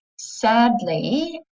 sadly